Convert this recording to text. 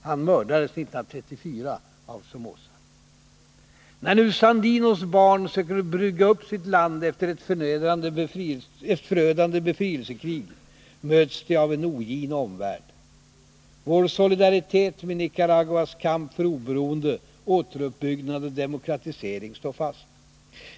Han mördades 1934 av Somoza. När nu Sandinos barn söker bygga upp sitt land efter ett förödande befrielsekrig, möts de av en ogin omvärld. Vår solidaritet med Nicaraguas kamp för oberoende, återuppbyggnad och demokratisering står fast.